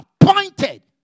appointed